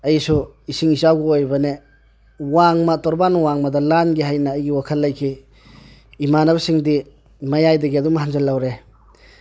ꯑꯩꯁꯨ ꯏꯁꯤꯡ ꯏꯆꯥꯎꯒ ꯑꯣꯏꯕꯅꯦ ꯋꯥꯡꯃ ꯇꯣꯔꯕꯥꯟ ꯋꯥꯡꯃꯗ ꯂꯥꯟꯒꯦ ꯍꯥꯏꯅ ꯑꯩꯒꯤ ꯋꯥꯈꯜ ꯂꯩꯈꯤ ꯏꯃꯥꯟꯅꯕꯁꯤꯡꯗꯤ ꯃꯌꯥꯏꯗꯒꯤ ꯑꯗꯨꯝ ꯍꯟꯖꯤꯜꯍꯧꯔꯦ